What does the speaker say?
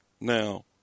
now